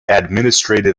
administrative